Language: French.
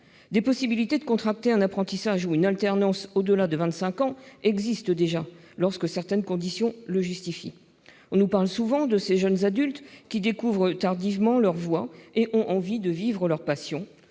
Des possibilités de commencer un apprentissage ou une formation en alternance au-delà de 25 ans existent déjà lorsque certaines conditions le justifient. On nous parle souvent de ces jeunes adultes qui découvrent tardivement leur voie et ont envie de vivre leur passion.